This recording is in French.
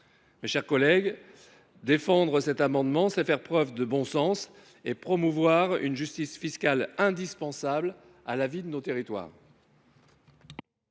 Mes chers collègues, soutenir cet amendement, c’est faire preuve de bon sens et promouvoir une justice fiscale indispensable à la vie de nos territoires.